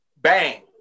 Bang